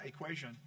equation